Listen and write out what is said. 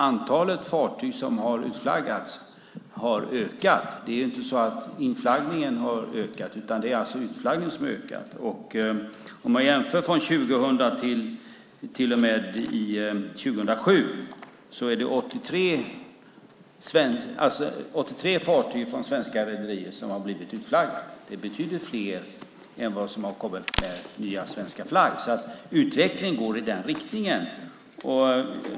Antalet fartyg som har utflaggats har ökat. Det är inte så att inflaggningen har ökat utan det är utflaggningen som har ökat. Om man jämför åren 2000 till och med 2007 är det 83 fartyg från svenska rederier som har blivit utflaggade. Det är betydligt fler än vad som har kommit med ny svensk flagg. Utvecklingen går i den riktningen.